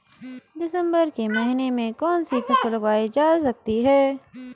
दिसम्बर के महीने में कौन सी फसल उगाई जा सकती है?